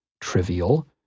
trivial